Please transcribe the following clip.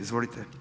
Izvolite.